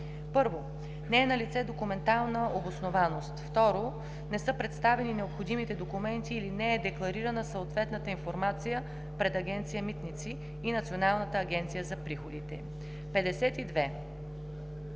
1. не е налице документална обоснованост; 2. не са представени необходимите документи или не е декларирана съответната информация пред Агенция „Митници“ и Националната агенция за приходите.“ 52.